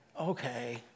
okay